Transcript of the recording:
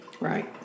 Right